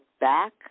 Back